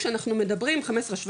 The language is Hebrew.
כשאנחנו מדברים 15-17,